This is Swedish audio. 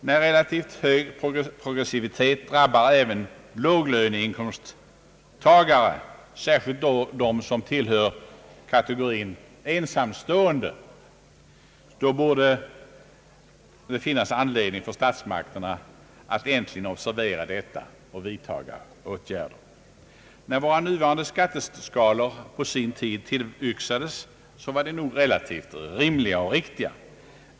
När relativt hög progressivitet drabbar även låglöneinkomsttagare — särskilt de som tillhör kategorin ensamstående — borde det finnas anled ning för statsmakterna att äntligen observera detta och vidtaga åtgärder. När våra nuvarande skatteskalor på sin tid tillyxades, var de nog relativt rimliga.